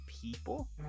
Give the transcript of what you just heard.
people